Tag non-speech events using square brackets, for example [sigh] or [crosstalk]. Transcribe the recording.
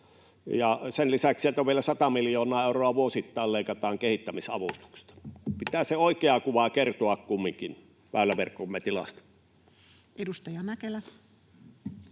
sen lisäksi, että vielä 100 miljoonaa euroa vuosittain leikataan kehittämisavustuksista. [noise] Pitää se oikeaa kuva kertoa kumminkin väyläverkkomme tilasta. [Speech